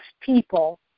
people